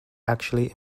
actually